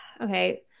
okay